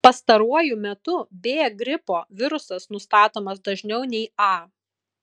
pastaruoju metu b gripo virusas nustatomas dažniau nei a